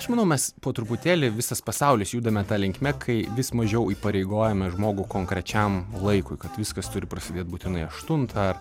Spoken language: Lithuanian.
aš manau mes po truputėlį visas pasaulis judame ta linkme kai vis mažiau įpareigojame žmogų konkrečiam laikui kad viskas turi prasidėt būtinai aštuntą